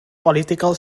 political